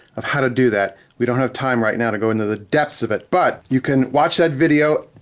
of how to do that. we don't have time right now to go into the depths of it, but you can watch that video.